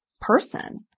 person